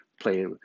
play